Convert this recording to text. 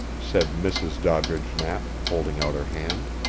said mrs. doddridge knapp, holding out her hand.